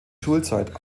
schulzeit